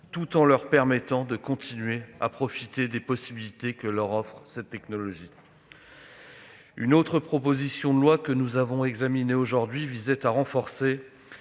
tout en leur permettant de continuer à profiter des possibilités que leur offre cette technologie. Une autre proposition de loi que nous avons examinée aujourd'hui visait à renforcer